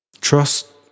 Trust